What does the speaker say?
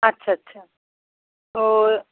আচ্ছা আচ্ছা ও